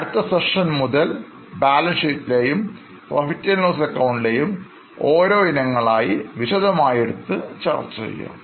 അടുത്ത session മുതൽ balance ഷീറ്റിലെ യും പ്രോഫിറ്റ് ലോസ്അക്കൌണ്ടിലെ യുംഓരോ ഇനങ്ങളായി എടുത്തു വിശദമായി ചർച്ച ചെയ്യാം